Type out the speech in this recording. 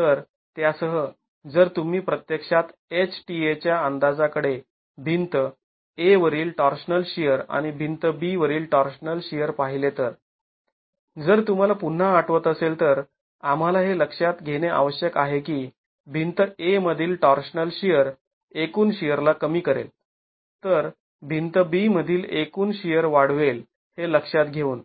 तर त्यासह जर तुम्ही प्रत्यक्षात H tA च्या अंदाजाकडे भिंत A वरील टॉर्शनल शिअर आणि भिंत B वरील टॉर्शनल शिअर पाहिले तर जर तुम्हाला पुन्हा आठवत असेल तर आम्हाला हे लक्षात घेणे आवश्यक आहे की भिंत A मधील टॉर्शनल शिअर एकूण शिअरला कमी करेल तर भिंत B मधील एकूण शिअर वाढवेल हे लक्षात घेऊन